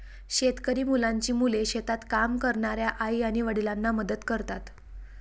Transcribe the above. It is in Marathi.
शेतकरी मुलांची मुले शेतात काम करणाऱ्या आई आणि वडिलांना मदत करतात